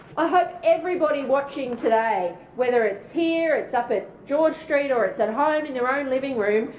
i hope everybody watching today, whether it's here, it's up at george street or it's at home in their own living room,